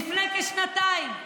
לפני כשנתיים.